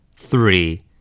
three